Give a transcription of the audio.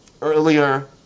earlier